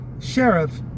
Sheriff